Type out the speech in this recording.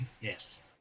yes